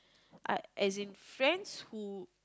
I as in friends who